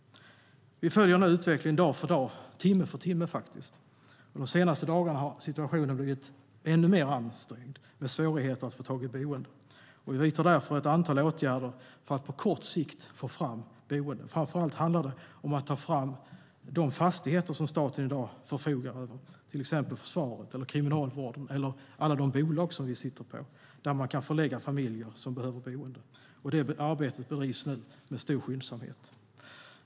Vi följer utvecklingen dag för dag, faktiskt timme för timme. De senaste dagarna har situationen blivit ännu mer ansträngd med svårigheter att få tag i boenden. Vi vidtar därför ett antal åtgärder för att på kort tid få fram boenden. Det handlar framför allt om att ta fram fastigheter som staten förfogar över i dag - till exempel genom försvaret, Kriminalvården och alla de bolag som vi har - och där man kan förlägga familjer som behöver boende. Det arbetet bedrivs nu med stor skyndsamhet.